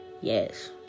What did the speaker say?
yes